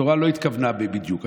התורה לא התכוונה בדיוק,